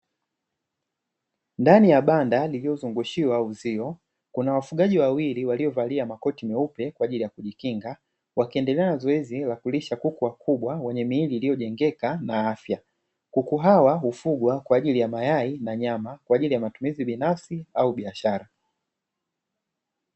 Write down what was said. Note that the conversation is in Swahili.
Ndani ya banda lililozungushiwa uzio kuna wafugaji wawili waliovalia makoti meupe kwa ajili ya kujikinga, wakiendelea na zoezi la kulisha kuku wa kufugwa wenye miili iliyojengeka na afya, kuku hawa hufugwa kwa ajili ya mayai na nyama kwa ajili ya matumizi binafsi au biashara.